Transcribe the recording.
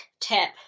tip